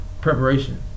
preparation